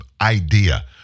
idea